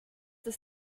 das